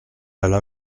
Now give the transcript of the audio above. alla